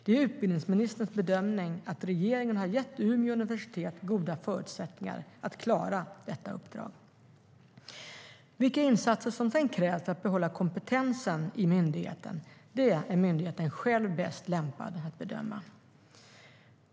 Det är utbildningsministerns bedömning att regeringen har gett Umeå universitet goda förutsättningar att klara detta uppdrag. Vilka insatser som krävs för att behålla kompetensen i myndigheten är myndigheten själv bäst lämpad att bedöma.